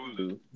Hulu